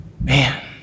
Man